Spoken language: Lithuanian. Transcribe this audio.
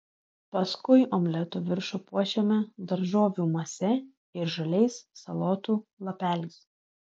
paskui omleto viršų puošiame daržovių mase ir žaliais salotų lapeliais